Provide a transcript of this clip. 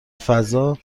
فضا